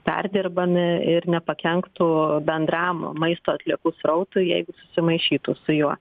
perdirbami ir nepakenktų bendram maisto atliekų srautui jeigu susimaišytų su juo